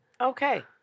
Okay